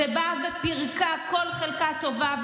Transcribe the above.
זה באה ופירקה כל חלקה טובה.